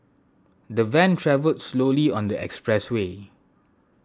the van travelled slowly on the expressway